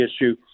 issue